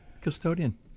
custodian